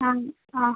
ആ